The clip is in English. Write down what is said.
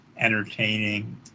entertaining